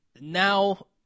Now